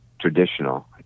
traditional